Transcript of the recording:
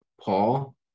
Paul